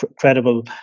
credible